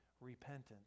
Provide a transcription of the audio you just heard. repentance